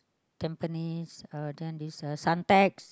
Tampines uh then this uh Suntec